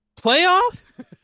Playoffs